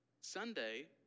Sunday